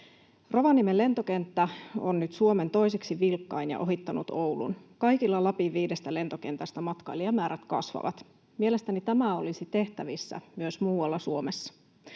Rovaniemen lentokenttä on nyt Suomen toiseksi vilkkain ja on ohittanut Oulun. Kaikilla Lapin viidellä lentokentällä matkailijamäärät kasvavat. Mielestäni tämä olisi tehtävissä myös muualla Suomessa.